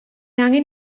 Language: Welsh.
angen